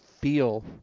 feel